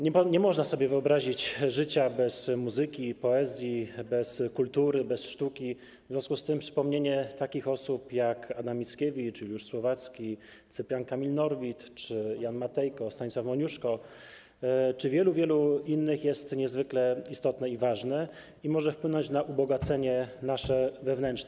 Nie można sobie wyobrazić życia bez muzyki i poezji, bez kultury, bez sztuki, w związku z tym przypomnienie takich osób jak Adam Mickiewicz, Juliusz Słowacki, Cyprian Kamil Norwid, Jan Matejko, Stanisław Moniuszko czy wielu, wielu innych jest niezwykle istotne, ważne i może wpłynąć na nasze ubogacenie wewnętrzne.